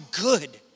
good